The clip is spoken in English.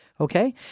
Okay